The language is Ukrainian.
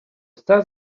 все